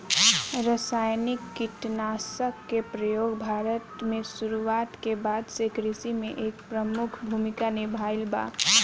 रासायनिक कीटनाशक के प्रयोग भारत में शुरुआत के बाद से कृषि में एक प्रमुख भूमिका निभाइले बा